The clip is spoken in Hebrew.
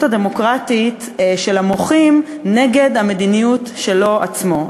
הדמוקרטית של המוחים נגד המדיניות שלו עצמו,